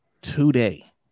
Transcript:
today